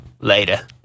Later